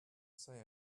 say